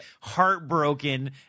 heartbroken